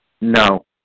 No